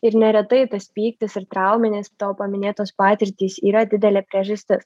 ir neretai tas pyktis ir trauminės tavo paminėtos patirtys yra didelė priežastis